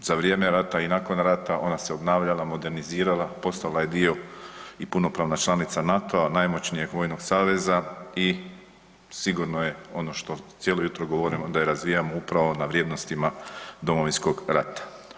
Za vrijeme rata i nakon rata ona se obnavljala, modernizirala, postala je dio i punopravna članica NATO-a najmoćnijeg vojnog saveza i sigurno je ono što cijelo jutro govorimo da je razvijamo upravo na vrijednostima Domovinskog rata.